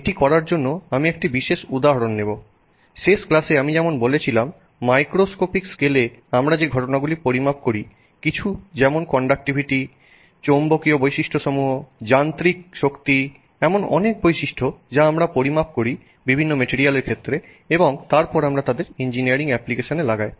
এটি করার জন্য আমি একটি বিশেষ উদাহরণ নেব শেষ ক্লাসে আমি যেমন বলেছিলাম মাইক্রোস্কোপিক স্কেলে আমরা যে ঘটনাগুলি পরিমাপ করি কিছু যেমন কন্ডাক্টিভিটি চৌম্বকীয় বৈশিষ্ট্যসমূহ যান্ত্রিক শক্তি এমন অনেক বৈশিষ্ট্য যা আমরা পরিমাপ করি বিভিন্ন মেটেরিয়াল এর ক্ষেত্রে এবং তারপর আমরা তাদের ইঞ্জিনিয়ারিং অ্যাপ্লিকেশনে লাগাই